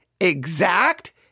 exact